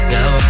Now